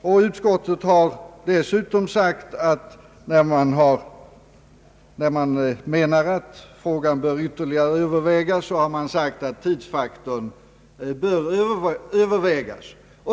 När utskottet dessutom sagt att frågan bör ytterligare övervägas har det menat att tidsfaktorn bör övervägas.